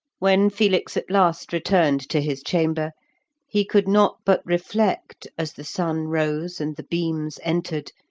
when felix at last returned to his chamber he could not but reflect, as the sun rose and the beams entered,